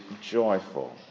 joyful